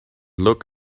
look